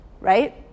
right